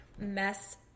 mess